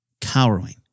cowering